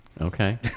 Okay